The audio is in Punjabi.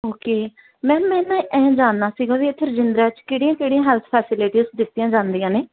ਓਕੇ ਮੈਮ ਮੈਂ ਨਾ ਐਂ ਜਾਣਨਾ ਸੀਗਾ ਵੀ ਇੱਥੇ ਰਜਿੰਦਰਾ 'ਚ ਕਿਹੜੀਆਂ ਕਿਹੜੀਆਂ ਹੈਲਥ ਫੈਸਲਿਟੀਜ ਦਿੱਤੀਆਂ ਜਾਂਦੀਆਂ ਨੇ